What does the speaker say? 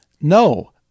No